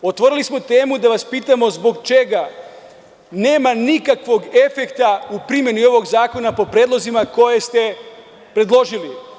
Otvorili smo temu da vas pitamo zbog čega nema nikakvog efekta u primeni ovog zakona, a po predlozima koje ste predložili?